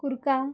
कुडका